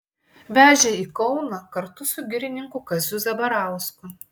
vežė į kauną kartu su girininku kaziu zabarausku